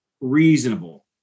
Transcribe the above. reasonable